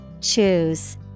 Choose